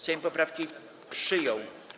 Sejm poprawki przyjął.